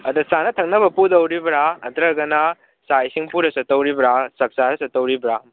ꯑꯗꯣ ꯆꯥꯅ ꯊꯛꯅꯕ ꯄꯨꯗꯧꯔꯤꯕ꯭ꯔꯥ ꯅꯠꯇ꯭ꯔꯒꯅ ꯆꯥꯛ ꯏꯁꯤꯡ ꯄꯨꯔ ꯆꯠꯇꯧꯔꯤꯕꯔꯥ ꯆꯥꯛ ꯆꯥꯔ ꯆꯠꯇꯧꯔꯤꯕ꯭ꯔꯥ